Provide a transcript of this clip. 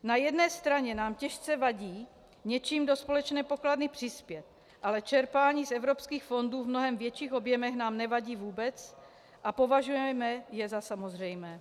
Na jedné straně nám těžce vadí něčím do společné pokladny přispět, ale čerpání z evropských fondů v mnohem větších objemech nám nevadí vůbec a považujeme je za samozřejmé.